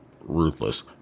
ruthless